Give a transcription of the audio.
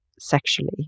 sexually